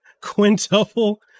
quintuple